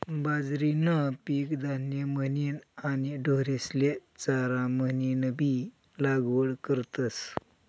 बाजरीनं पीक धान्य म्हनीन आणि ढोरेस्ले चारा म्हनीनबी लागवड करतस